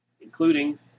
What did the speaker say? including